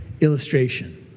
illustration